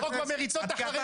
רוצה לזרוק במריצות את החרדים,